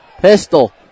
Pistol